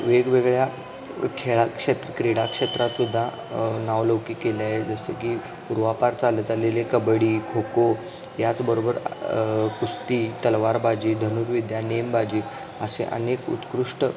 वेगवेगळ्या खेळात क्षेत्र क्रीडा क्षेत्रातसुद्धा नावलौकिक केले आहे जसं की पूर्वापार चालत आलेले कबड्डी खो खो याचबरोबर कुस्ती तलवारबाजी धनुर्विद्या नेमबाजी असे अनेक उत्कृष्ट